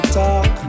talk